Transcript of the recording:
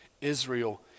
Israel